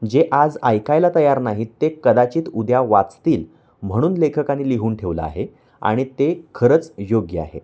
जे आज ऐकायला तयार नाहीत ते कदाचित उद्या वाचतील म्हणून लेखकांनी लिहून ठेवलं आहे आणि ते खरंच योग्य आहे